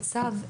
בצו,